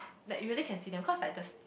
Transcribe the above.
like you really can see them cause like the st~